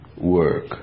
work